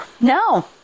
no